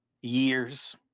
years